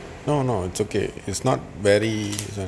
no no it's okay it's not very